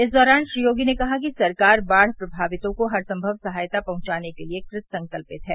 इस दौरान श्री योगी ने कहा कि सरकार बाढ़ प्रभावितों को हर संमव सहायता पहुंचाने के लिए कृत संकल्पित है